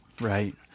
Right